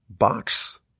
box